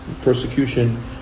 Persecution